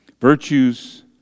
Virtues